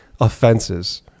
offenses